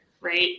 right